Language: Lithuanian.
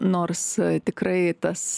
nors tikrai tas